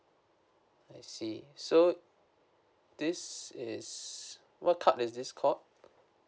I see so this is what card is this called